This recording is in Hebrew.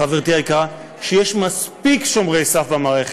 חברתי היקרה, שיש מספיק שומרי סף במערכת.